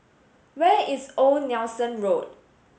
where is Old Nelson Road